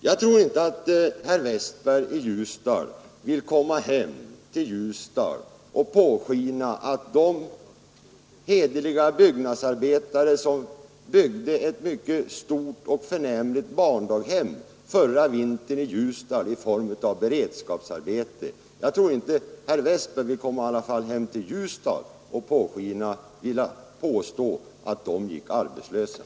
Jag tror inte att herr Westberg vill komma hem till Ljusdal och påstå att de hederliga byggnadsarbetare gick arbetslösa, som byggde ett mycket stort och förnämligt barndaghem där i form av beredskapsarbete förra vintern.